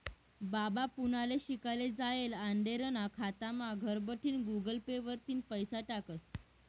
बाबा पुनाले शिकाले जायेल आंडेरना खातामा घरबठीन गुगल पे वरतीन पैसा टाकस